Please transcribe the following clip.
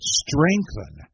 strengthen